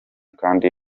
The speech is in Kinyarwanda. kandi